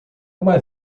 uma